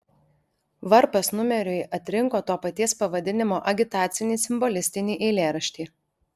varpas numeriui atrinko to paties pavadinimo agitacinį simbolistinį eilėraštį